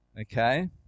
Okay